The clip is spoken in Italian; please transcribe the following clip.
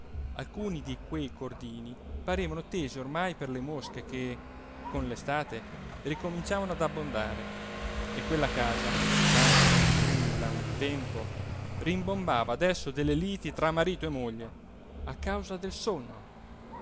alcuni di quei cordini parevano tesi ormai per le mosche che con l'estate ricominciavano ad abbondare e quella casa tanto tranquilla un tempo rimbombava adesso delle liti tra marito e moglie a causa del sonno